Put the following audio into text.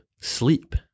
Sleep